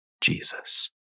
Jesus